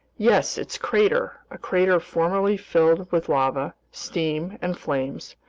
yes, its crater, a crater formerly filled with lava, steam, and flames,